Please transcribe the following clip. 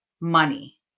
money